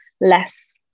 less